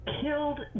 Killed